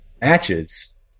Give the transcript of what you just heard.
matches